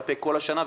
כלפי כל השנה,